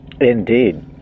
Indeed